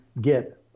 get